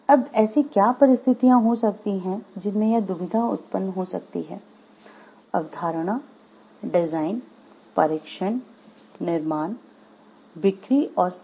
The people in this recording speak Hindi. अब ऐसी क्या परिस्थितियाँ हो सकती हैं जिनमें यह दुविधा उत्पन्न हो सकती है अवधारणा डिजाइन परीक्षण निर्माण बिक्री और सेवा